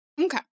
Okay